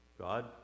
God